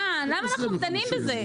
למה אנחנו דנים בזה?